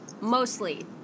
mostly